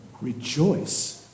Rejoice